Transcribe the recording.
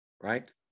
right